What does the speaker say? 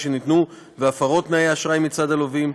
שניתנו והפרות תנאי האשראי מצד הלווים,